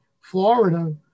Florida